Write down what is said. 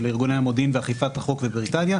ארגוני המודיעין ואכיפת החוק בבריטניה.